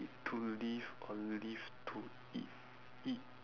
eat to live or live to eat eat